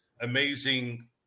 amazing